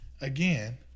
again